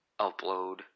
upload